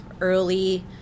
early